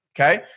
Okay